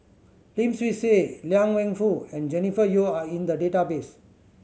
Lim Swee Say Liang Wenfu and Jennifer Yeo are in the database